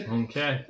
okay